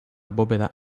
bóveda